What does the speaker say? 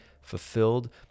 fulfilled